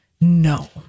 No